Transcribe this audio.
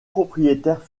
propriétaires